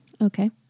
Okay